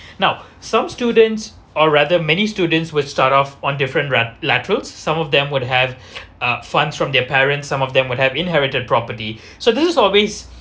now some students or rather many students will start off on different red some of them would have uh funds from their parents some of them would have inherited property so this is always